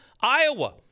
Iowa